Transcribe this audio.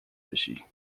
بشی